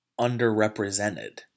underrepresented